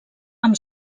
amb